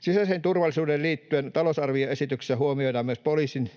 Sisäiseen turvallisuuteen liittyen talousarvioesityksessä huomioidaan myös poliisin